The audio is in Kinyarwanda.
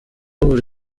buri